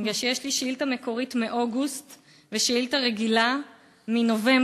יש לי שאילתה מקורית מאוגוסט ושאילתה רגילה מנובמבר.